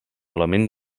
element